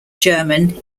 german